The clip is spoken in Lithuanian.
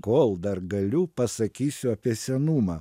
kol dar galiu pasakysiu apie senumą